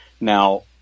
now